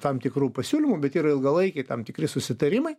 tam tikrų pasiūlymų bet yra ilgalaikiai tam tikri susitarimai